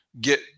get